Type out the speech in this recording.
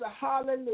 hallelujah